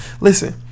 Listen